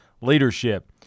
leadership